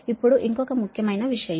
ఇపుడు ఇంకొక ముఖ్యమైన విషయం